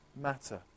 matter